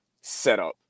setup